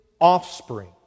offspring